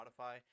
Spotify